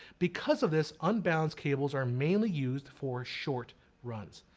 because of this unbalanced cables are mainly used for short runs.